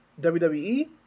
WWE